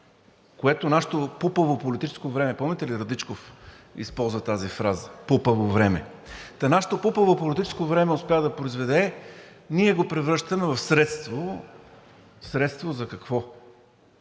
което нашето пупаво политическо време – помните ли, Радичков използва тази фраза – пупаво време, нашето пупаво политическо време успя да произведе, а ние го превръщаме в средство, в средство за какво.